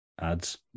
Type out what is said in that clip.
ads